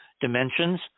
dimensions